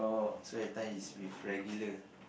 so that time is with regular